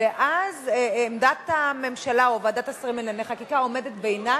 ואז עמדת הממשלה או ועדת השרים לענייני חקיקה עומדת בעינה,